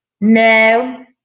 No